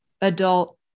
adult